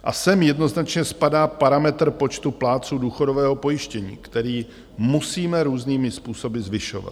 A sem jednoznačně spadá parametr počtu plátců důchodového pojištění, který musíme různými způsoby zvyšovat.